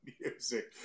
music